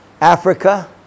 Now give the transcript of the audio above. Africa